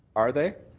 are they?